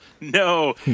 No